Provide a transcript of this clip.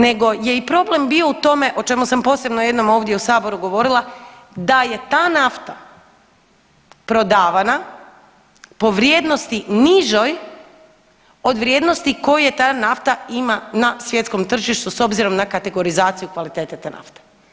Nego je i problem bio u tome o čemu sam posebno jednom ovdje u saboru govorila da je ta nafta prodavana po vrijednosti nižoj od vrijednosti koju ta nafta ima na svjetskom tržištu s obzirom na kategorizaciju kvalitete te nafte.